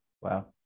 Wow